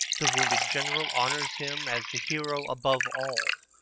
the wounded general honors him as the hero above all.